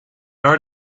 would